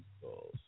calls